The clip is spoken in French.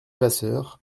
vasseur